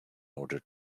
order